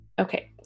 Okay